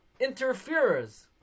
interferers